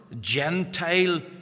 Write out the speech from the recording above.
Gentile